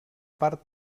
part